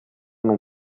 non